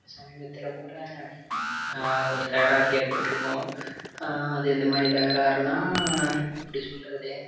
சமீபத்தில் கூட ஒரு தகராறு ஏற்பட்டிருக்கும் அது எந்த மாதிரி தகராறுன்னால் எப்படி சொல்கிறது